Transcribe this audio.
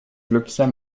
glücklicher